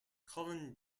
cullen